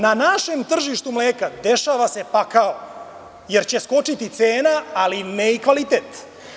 Na našem tržištu mleka dešava se pakao jer će skočiti cena, ali ne i kvalitet.